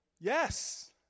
yes